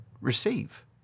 receive